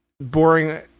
boring